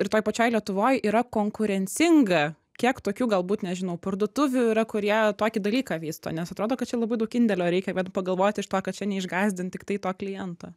ir toj pačioj lietuvoj yra konkurencinga kiek tokių galbūt nežinau parduotuvių yra kurie tokį dalyką vysto nes atrodo kad čia labai daug indėlio reikia vien pagalvoti iš to kad čia neišgąsdint tiktai to kliento